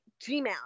Gmail